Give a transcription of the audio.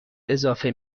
اضافه